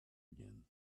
again